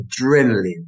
adrenaline